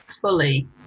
fully